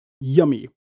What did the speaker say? yummy